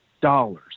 dollars